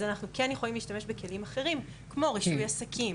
אז אנחנו כן יכולים להשתמש בכלים אחרים כמו רישוי עסקים,